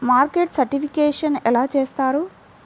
Market certification ఎలా చేస్తారు?